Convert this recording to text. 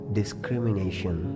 discrimination